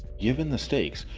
given the stakes,